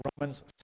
Romans